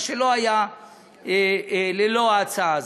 מה שלא היה ללא ההצעה הזאת.